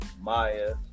Maya